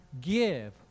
give